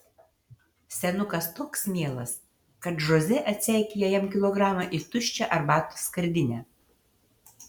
senukas toks mielas kad žoze atseikėja jam kilogramą į tuščią arbatos skardinę